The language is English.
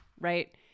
right